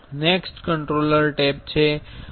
next control tab છે